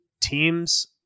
teams